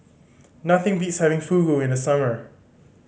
nothing beats having Fugu in the summer